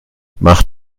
macht